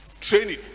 training